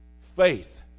faith